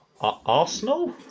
Arsenal